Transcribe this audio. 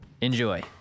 enjoy